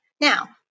Now